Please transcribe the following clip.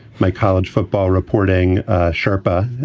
my college football reporting sherpa,